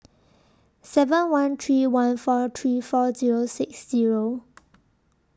seven one three one four three four Zero six Zero